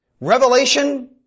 Revelation